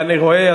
אני רואה,